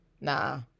Nah